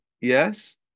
Yes